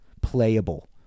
playable